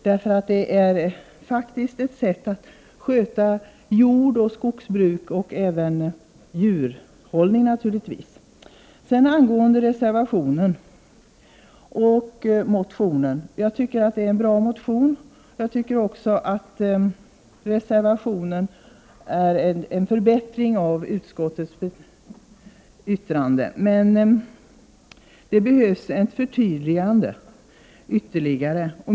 Fäboddriften är ju ett sätt att sköta jordoch skogsbruk och även djurhållningen naturligtvis. Så till reservationen och motionen. Det är en bra motion, och reservationen är en förbättring av utskottets yttrande, men det behövs ett ytterligare förtydligande.